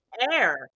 air